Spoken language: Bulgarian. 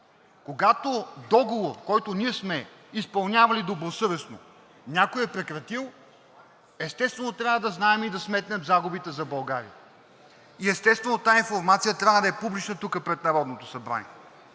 Когато договор, който ние сме изпълнявали добросъвестно, някой е прекратил, естествено, трябва да знаем и да сметнем загубите за България. И естествено, тази информация трябва да е публична тук, пред Народното събрание.